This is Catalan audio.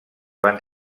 van